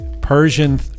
Persian